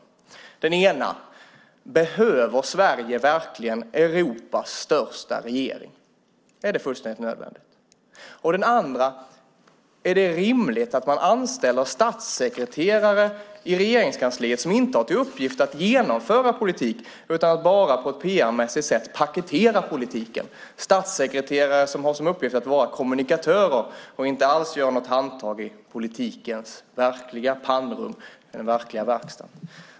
Den ena är: Behöver Sverige verkligen Europas största regering? Är det fullständigt nödvändigt? Den andra är: Är det rimligt att man anställer statssekreterare i Regeringskansliet som inte har till uppgift att genomföra politik utan att bara på ett PR-mässigt sätt paketera politiken? Detta är statssekreterare som har som uppgift att vara kommunikatörer och inte alls gör något handtag i politikens verkliga pannrum - i den verkliga verkstaden.